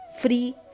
free